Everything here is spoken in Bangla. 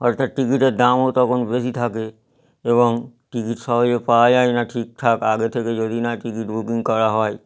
অর্থাৎ টিকিটের দামও তখন বেশি থাকে এবং টিকিট সহজে পাওয়া যায় না ঠিকঠাক আগে থেকে যদি না টিকিট বুকিং করা হয়